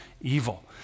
evil